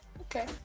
okay